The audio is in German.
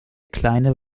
kleine